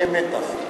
שיהיה מתח.